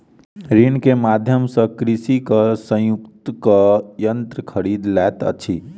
ऋण के माध्यम सॅ कृषक संयुक्तक यन्त्र खरीद लैत अछि